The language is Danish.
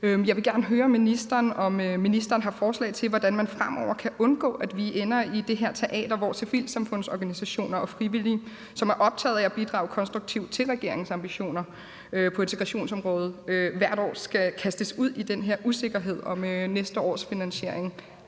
Jeg vil gerne høre ministeren, om ministeren har forslag til, hvordan man fremover kan undgå, at vi ender i det her teater, hvor civilsamfundsorganisationer og frivillige, som er optaget af at bidrage konstruktivt til regeringens ambitioner på integrationsområdet, hvert år skal kastes ud i den her usikkerhed om næste års finansiering.